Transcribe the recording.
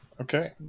Okay